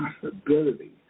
possibility